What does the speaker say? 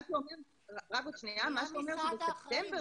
בספטמבר,